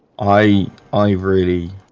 i i really